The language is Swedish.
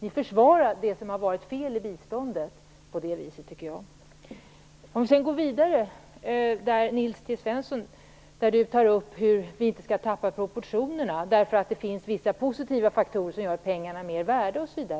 Ni försvarar det som har varit fel i biståndet på det viset, tycker jag. Om vi sedan går vidare säger Nils T Svensson att vi inte skall tappa proportionerna, eftersom det finns vissa positiva faktorer som gör att pengarna är mer värda osv.